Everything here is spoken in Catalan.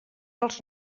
els